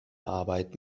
arbeit